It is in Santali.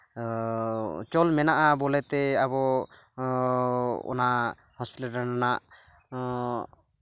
ᱚᱪᱚᱞ ᱢᱮᱱᱟᱜᱼᱟ ᱵᱚᱞᱮᱛᱮ ᱟᱵᱚ ᱚᱱᱟ ᱦᱳᱥᱯᱤᱴᱟᱞ ᱨᱮᱱᱟᱜ